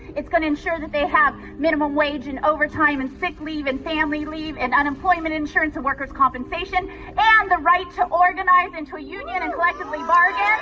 it's going to ensure that they have minimum wage and overtime and sick leave and family leave and unemployment insurance and worker's compensation yeah and the right to organize into a union and collectively bargain